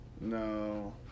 No